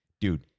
Dude